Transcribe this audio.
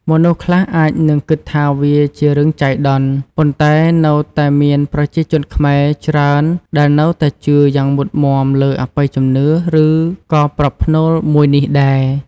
មនុស្សខ្លះអាចនឹងគិតថាវាជារឿងចៃដន្យ ប៉ុន្តែនៅតែមានប្រជាជនខ្មែរច្រើនដែលនៅតែជឿយ៉ាងមុតមំាលើអបិយជំនឿ ឬ ក៏ប្រផ្នូលមួយនេះដែរ។